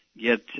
get